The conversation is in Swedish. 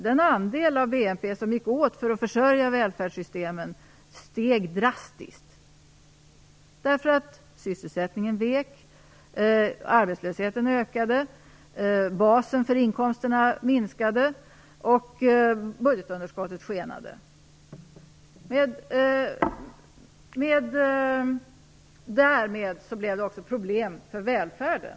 Den andel av BNP som gick åt för att försörja välfärdssystemen steg drastiskt. Sysselsättningen vek, arbetslösheten ökade, basen för inkomsterna minskade och budgetunderskottet skenade. Därmed blev det också problem för välfärden.